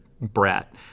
brat